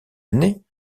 année